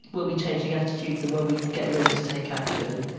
were we changing attitudes? and were we getting women to take action?